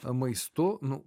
maistu nu